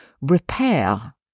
repair